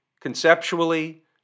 conceptually